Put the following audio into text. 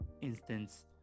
instance